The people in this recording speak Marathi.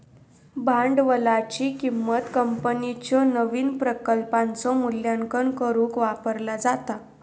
भांडवलाची किंमत कंपनीच्यो नवीन प्रकल्पांचो मूल्यांकन करुक वापरला जाता